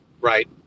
right